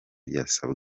yasabwe